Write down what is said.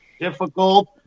difficult